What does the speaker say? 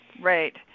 Right